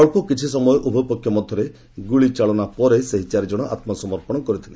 ଅଳ୍ପ କିଛି ସମୟ ଉଭୟ ପକ୍ଷ ମଧ୍ୟରେ ଗ୍ରଳିଚାଳନା ପରେ ସେହି ଚାରିଜଣ ଆତ୍ମ ସମର୍ପଣ କରିଥିଲେ